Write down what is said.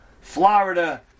Florida